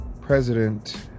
president